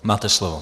Máte slovo.